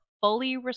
fully